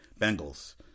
Bengals